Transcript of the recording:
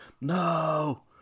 no